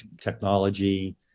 technology